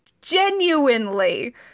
Genuinely